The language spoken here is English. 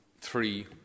three